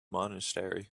monastery